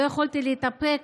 לא יכולתי להתאפק,